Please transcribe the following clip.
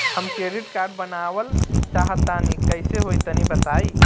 हम credit card बनवावल चाह तनि कइसे होई तनि बताई?